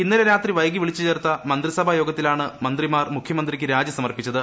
ഇന്നലെ രാത്രി വൈകി വിളിച്ചു ചേർത്ത മന്ത്രിസഭാ യോഗത്തിലാണ് മന്ത്രിമാർ മുഖ്യമന്ത്രിക്ക് രാജി സമർപ്പിച്ചത്